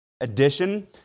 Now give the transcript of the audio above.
edition